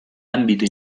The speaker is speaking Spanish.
ámbito